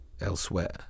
elsewhere